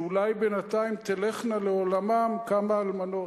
שאולי בינתיים תלכנה לעולמן כמה אלמנות.